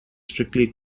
strictly